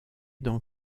dans